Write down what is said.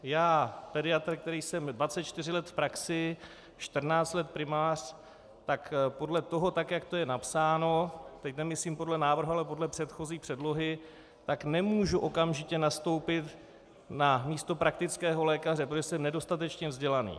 Já pediatr, který jsem 24 let v praxi, 14 let primář, tak podle toho, jak je to napsáno, teď nemyslím podle návrhu, ale podle předchozí předlohy, tak nemůžu okamžitě nastoupit na místo praktického lékaře, protože jsem nedostatečně vzdělaný.